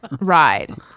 ride